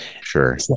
Sure